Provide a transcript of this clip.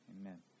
Amen